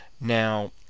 now